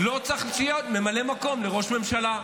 לא צריך שיהיה עוד ממלא מקום לראש ממשלה,